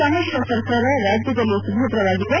ಸಮ್ಮಿಶ್ರ ಸರ್ಕಾರ ರಾಜ್ಯದಲ್ಲಿ ಸುಭದ್ರ ವಾಗಿದೆ